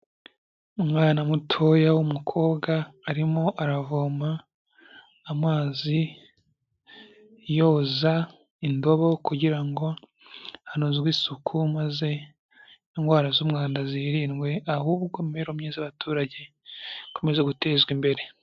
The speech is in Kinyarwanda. Umwana mutoya w'umukobwa arimo aravoma amazi, yoza indobo kugira ngo hanozwe isuku maze indwara z'umwanda zirindwe ahubwo imibereho myiza y'abaturage ikomeze gutezwa imbere.